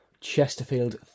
Chesterfield